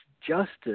justice